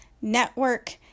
network